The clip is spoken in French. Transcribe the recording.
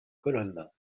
colonnes